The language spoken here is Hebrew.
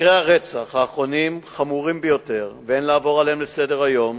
מקרי הרצח האחרונים חמורים ביותר ואין לעבור עליהם לסדר-היום.